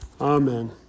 Amen